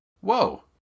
Whoa